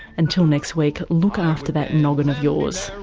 until next week, look after that noggin of yours.